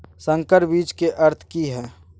संकर बीज के अर्थ की हैय?